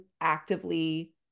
actively